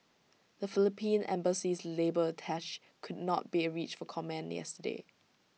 the Philippine Embassy's labour attache could not be reached for comment yesterday